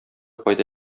кайда